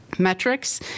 metrics